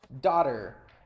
Daughter